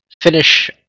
finish